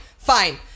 Fine